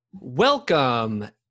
Welcome